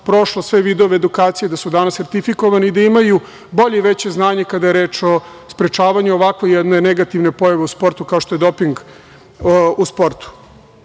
sve vidove edukacije, da su danas sertifikovani i da imaju bolje i veće znanje kada je reč o sprečavanju ovako jedne negativne pojave u sportu kao što je doping u sportu. Ponosni